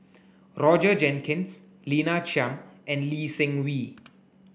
Roger Jenkins Lina Chiam and Lee Seng Wee